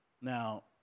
Now